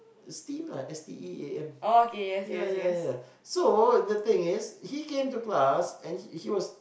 steam lah S T E A M ya ya ya so is the thing is he came to class and he was